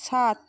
সাত